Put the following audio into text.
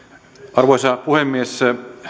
arvoisa puhemies